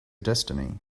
destiny